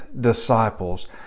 disciples